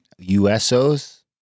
USOs